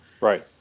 Right